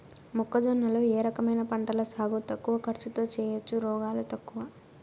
మొక్కజొన్న లో ఏ రకమైన పంటల సాగు తక్కువ ఖర్చుతో చేయచ్చు, రోగాలు తక్కువ?